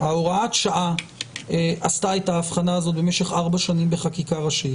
הוראת השעה עשתה את הבחנה הזו במשך ארבע שנים בחקיקה ראשית.